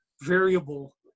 variable